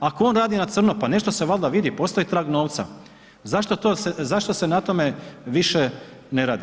Ako on radi na crno, pa nešto se valjda vidi, postoji trag novca, zašto se na tome, više ne radi?